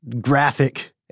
graphic